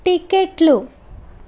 టికెట్లు